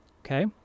Okay